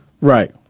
Right